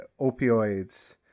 Opioids